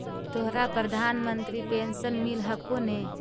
तोहरा प्रधानमंत्री पेन्शन मिल हको ने?